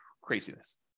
Craziness